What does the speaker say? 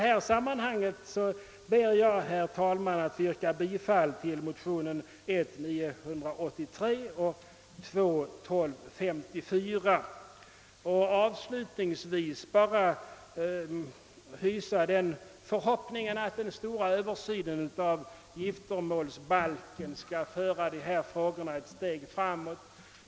I detta sammanhang ber jag, herr talman, att få yrka bifall till motionerna 1: 983 och II: 1254. Avslutningsvis vill jag bara uttala den förhoppningen, att den stora översynen av giftermålsbalken skall föra dessa frågor ett steg framåt.